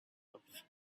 earth